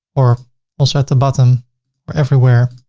or also at the bottom or everywhere.